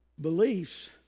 beliefs